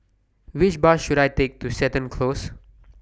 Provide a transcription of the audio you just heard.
Which Bus should I Take to Seton Close